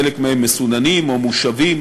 חלק מהם מסוננים או מושבים,